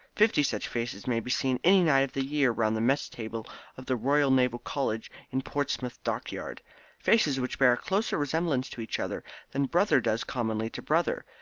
fifty such faces may be seen any night of the year round the mess-table of the royal naval college in portsmouth dockyard faces which bear a closer resemblance to each other than brother does commonly to brother.